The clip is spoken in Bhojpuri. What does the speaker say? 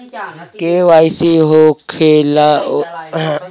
के.वाइ.सी खोलवावे बदे का का कागज चाही?